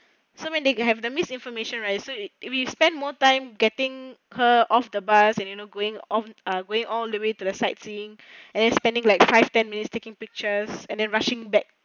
so when they have the misinformation right so we spent more time getting her off the bus and you know going on going all the way to the sightseeing and then spending like five ten minutes taking pictures and then rushing back